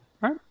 right